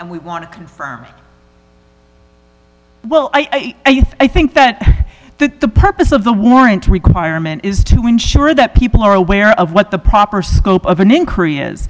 and we want to confirm well i i think that the purpose of the warrant requirement is to ensure that people are aware of what the proper scope of an increase is